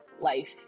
life